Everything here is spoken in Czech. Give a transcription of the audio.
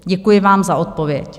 Děkuji vám za odpověď.